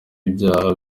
ibyaha